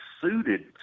suited